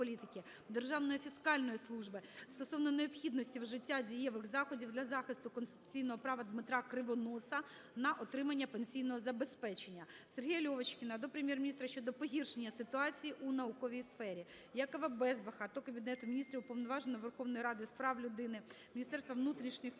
Державної фіскальної служби стосовно необхідності вжиття дієвих заходів для захисту конституційного права Дмитра Кривоноса на отримання пенсійного забезпечення. СергіяЛьовочкіна до Прем'єр-міністра щодо погіршення ситуації у науковій сфері. ЯковаБезбаха до Кабінету Міністрів, Уповноваженого Верховної Ради з прав людини, Міністерства внутрішніх справ